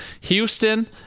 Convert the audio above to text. houston